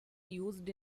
used